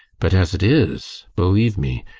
but as it is believe me,